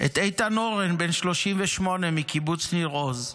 את איתן הורן, בן 38, מקיבוץ ניר עוז.